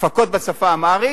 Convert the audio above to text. הפקות בשפה האמהרית,